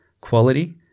quality